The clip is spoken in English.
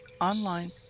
online